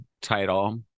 title